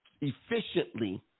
efficiently